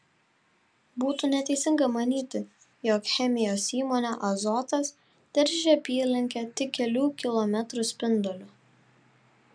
būtų neteisinga manyti jog chemijos įmonė azotas teršia apylinkę tik kelių kilometrų spinduliu